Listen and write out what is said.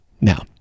Now